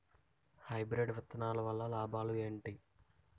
Hybrid విత్తనాలు వల్ల లాభాలు ఏంటి?